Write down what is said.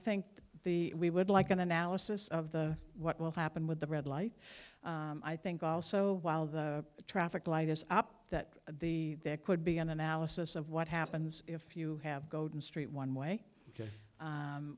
think the we would like an analysis of the what will happen with the red light i think also while the traffic light is up that the there could be an analysis of what happens if you have golden street one way